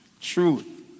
Truth